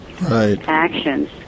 actions